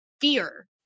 fear